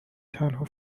تنها